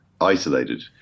isolated